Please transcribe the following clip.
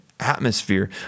atmosphere